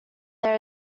there